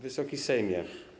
Wysoki Sejmie!